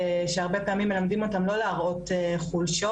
שהרבה פעמים מלמדים אותם לא להראות חולשות,